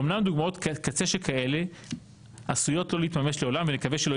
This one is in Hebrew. אמנם דוגמאות קצה שכאלה עשויות לא להתממש לעולם ונקווה שלא